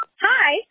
Hi